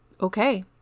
okay